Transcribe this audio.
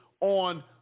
on